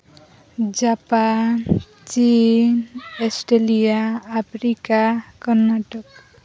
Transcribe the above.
Japan ᱪᱤᱱ Australia Africa Karnataka